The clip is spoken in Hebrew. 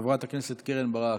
חברת הכנסת קרן ברק,